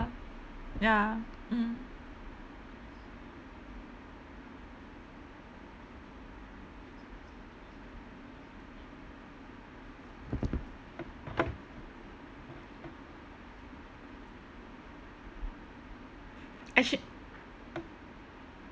ya mm actu~